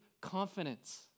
confidence